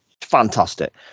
Fantastic